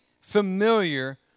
familiar